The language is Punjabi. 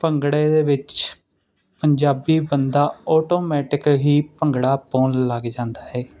ਭੰਗੜੇ ਦੇ ਵਿੱਚ ਪੰਜਾਬੀ ਬੰਦਾ ਆਟੋਮੈਟਿਕ ਹੀ ਭੰਗੜਾ ਪਾਉਣ ਲੱਗ ਜਾਂਦਾ ਹੈ